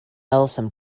awesome